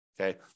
Okay